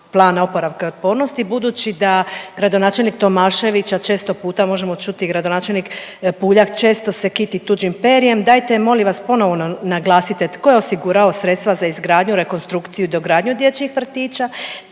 operacionalizacija NPOO-a budući da gradonačelnika Tomaševića često put možemo čuti i gradonačelnik Puljak često se kiti tuđim perjem, dajte ponovno molim vas naglasite tko je osigurao sredstva za izgradnju, rekonstrukciji i dogradnju dječjih vrtića,